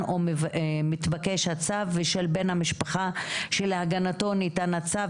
או מתבקש הצו ושל בן המשפחה שלהגנתו ניתן הצו,